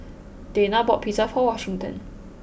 Dayna bought pizza for Washington